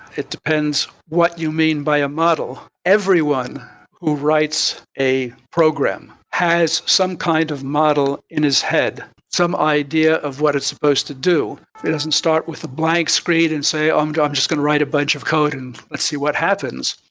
it depends what you mean by a model. everyone who writes a program has some kind of model in his head, some idea of what it's supposed to do. it doesn't start with a blank screen and say, i'm just going to write a bunch of code and see what happens.